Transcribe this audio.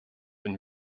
been